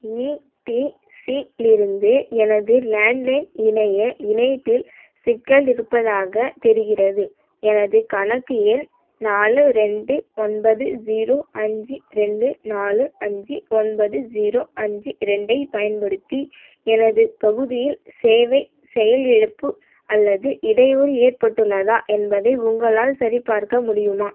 ஈடிசிஇலிருந்து எனது landline இணைய இணைப்பில் சிக்கல் இருப்பதாகத் தெரிகிறது எனது கணக்கு எண் நாலு ரெண்டு ஒன்பது ஜீரோ அஞ்சு ரெண்டு நாலு அஞ்சு ஒன்பது ஜீரோ அஞ்சு ரெண்டைப் பயன்படுத்தி எனது பகுதியில் சேவை செயலிழப்பு அல்லது இடையூறு ஏற்பட்டுள்ளதா என்பதை உங்களால் சரிபார்க்க முடியுமா